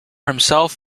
himself